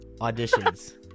auditions